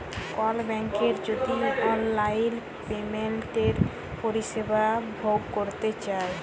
call ব্যাংকের যদি অললাইল পেমেলটের পরিষেবা ভগ ক্যরতে চায়